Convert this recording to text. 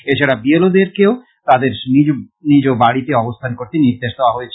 এচাড়া B L O দেরকেও তাদের নিজ বাড়ীতে অবস্থান করতে নির্দেশ দেওয়া হয়েছে